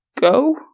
go